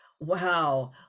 wow